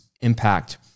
impact